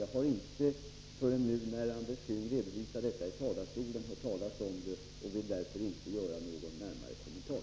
Jag har inte förrän nu, när Andres Käng i talarstolen redovisar detta, hört talas om saken och vill därför inte göra någon närmare kommentar.